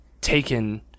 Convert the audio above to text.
taken